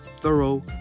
thorough